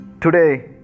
today